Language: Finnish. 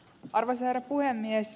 arvoisa herra puhemies